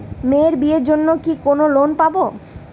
মেয়ের বিয়ের জন্য কি কোন লোন পাব?